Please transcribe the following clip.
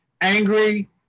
angry